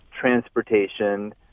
transportation